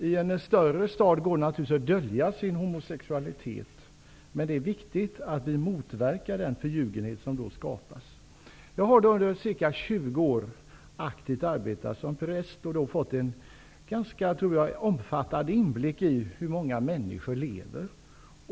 I en större stad går det naturligtvis att dölja sin homosexualitet, men det är viktigt att vi motverkar den förljugenhet som då skapas. Jag har under ca 20 år aktivt arbetat som präst och då fått en ganska omfattande inblick i hur många människor lever.